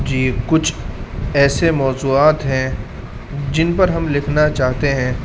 جی کچھ ایسے موضوعات ہیں جن پر ہم لکھنا چاہتے ہیں